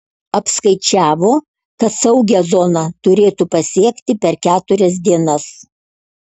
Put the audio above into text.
apskaičiavo kad saugią zoną turėtų pasiekti per keturias dienas